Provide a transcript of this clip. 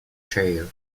chair